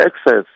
access